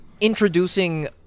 introducing